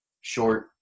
short